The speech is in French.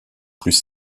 plus